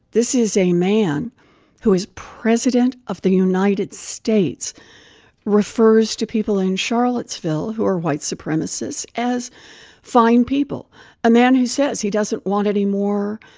this is a man who is president of the united states refers to people in charlottesville who are white supremacists as fine people a man who says he doesn't want any more